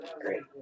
great